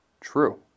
true